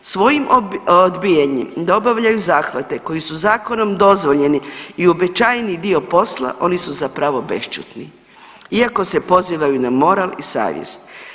Svojim odbijanjem da obavljaju zahvate koji su zakonom dozvoljeni i uobičajeni dio posla oni su zapravo bešćutni iako se pozivaju na moral i savjest.